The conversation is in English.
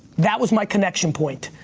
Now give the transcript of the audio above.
that was my connection point.